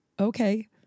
okay